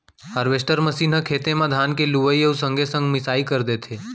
harvester machine ह खेते म धान के लुवई अउ संगे संग मिंसाई कर देथे